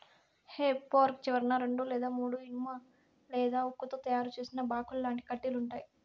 హె fork చివరన రెండు లేదా మూడు ఇనుము లేదా ఉక్కుతో తయారు చేసిన బాకుల్లాంటి కడ్డీలు ఉంటాయి